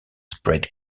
spread